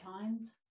times